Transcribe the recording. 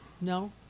No